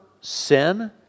sin